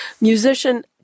Musician